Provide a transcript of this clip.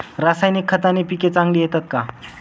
रासायनिक खताने पिके चांगली येतात का?